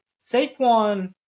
Saquon